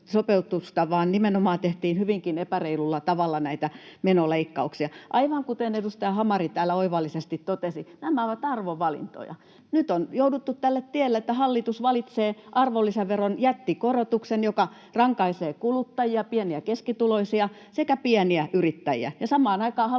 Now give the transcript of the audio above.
vaan nimenomaan tehtiin hyvinkin epäreilulla tavalla näitä menoleikkauksia. Aivan kuten edustaja Hamari täällä oivallisesti totesi, nämä ovat arvovalintoja. Nyt on jouduttu tälle tielle, että hallitus valitsee arvonlisäveron jättikorotuksen, joka rankaisee kuluttajia, pieni‑ ja keskituloisia, sekä pieniä yrittäjiä, ja samaan aikaan hallitus